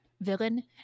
villain